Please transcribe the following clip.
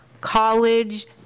college